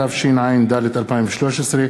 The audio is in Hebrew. התשע"ד 2013,